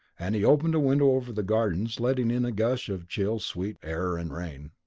and he opened a window over the gardens letting in a gush of chill sweet air and rain.